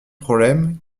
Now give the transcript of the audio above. problème